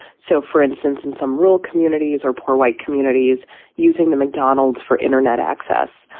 so, for instance, in some rural communities or poor white communities using the mcdonald's for internet access,